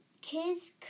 Kids